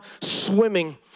swimming